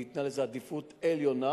ניתנה לזה עדיפות עליונה,